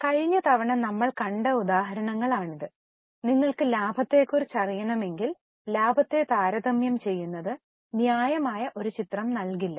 അതിനാൽ കഴിഞ്ഞ തവണ നമ്മൾ കണ്ട ഉദാഹരണങ്ങൾ ആണ് ഇത് നിങ്ങൾക്ക് ലാഭത്തെക്കുറിച്ച് അറിയണമെങ്കിൽ ലാഭത്തെ താരതമ്യം ചെയ്യുന്നത് ന്യായമായ ഒരു ചിത്രം നൽകില്ല